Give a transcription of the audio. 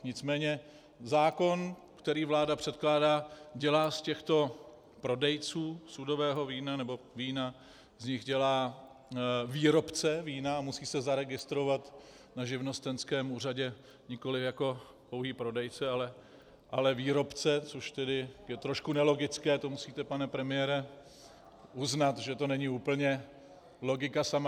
Nicméně zákon, který vláda předkládá, dělá z těchto prodejců sudového vína nebo vína výrobce vína a musí se zaregistrovat na živnostenském úřadě nikoli jako pouhý prodejce, ale výrobce, což je trochu nelogické, to musíte, pane premiére, uznat, že to není úplně logika sama.